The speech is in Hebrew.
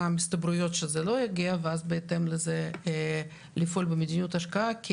ההסתברויות שזה לא יגיע ואז בהתאם לזה לפעול במדיניות השקעה.